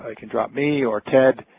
like and me or ted,